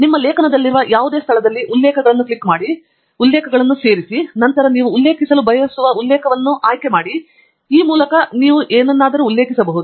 ನಿಮ್ಮ ಲೇಖನದಲ್ಲಿರುವ ಯಾವುದೇ ಸ್ಥಳದಲ್ಲಿ ಉಲ್ಲೇಖಗಳನ್ನು ಕ್ಲಿಕ್ ಮಾಡಿ ಉಲ್ಲೇಖವನ್ನು ಸೇರಿಸು ಮತ್ತು ನಂತರ ನೀವು ಉಲ್ಲೇಖಿಸಲು ಬಯಸುವ ಉಲ್ಲೇಖವನ್ನು ಆಯ್ಕೆ ಮಾಡುವ ಮೂಲಕ ನೀವು ಈಗ ಉಲ್ಲೇಖವನ್ನು ಉಲ್ಲೇಖಿಸಬಹುದು